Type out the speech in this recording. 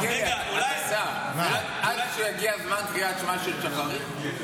אתה שר, עד שיגיע זמן קריאת שמע של שחרית?